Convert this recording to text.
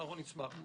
אנחנו נשמח.